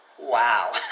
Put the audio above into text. Wow